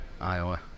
Iowa